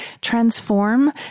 transform